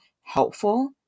helpful